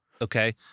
Okay